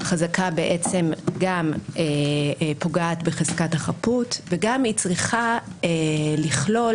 חזקה גם פוגעת בחזקת החפות וגם היא צריכה לכלול